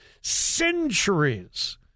centuries